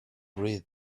breeze